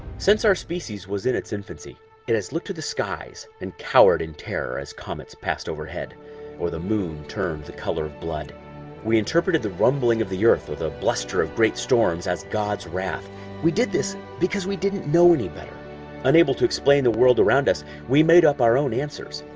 since our species was in its infancy it has looked to the skies and cowered in terror as comets passed overhead or the moon turned the color of blood we interpreted the rumbling of the earth with a bluster of great storms as god's wrath we did this because we didn't know any better unable to explain the world around us we made up our own answers,